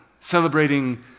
celebrating